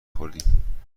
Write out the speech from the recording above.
خوردیم